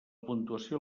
puntuació